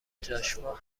جاشوا